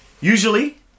Usually